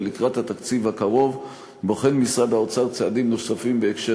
ולקראת התקציב הקרוב משרד האוצר בוחן